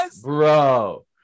bro